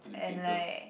and like